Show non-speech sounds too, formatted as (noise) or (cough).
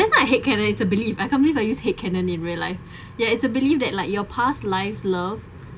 that's why I hate canon it's a belief I can't believe I use hate canon in real life (breath) ya it's a belief that like your past lives love